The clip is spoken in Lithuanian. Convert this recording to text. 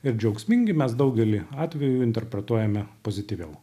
ir džiaugsmingi mes daugelį atvejų interpretuojame pozityviau